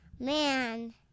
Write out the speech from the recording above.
Man